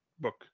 book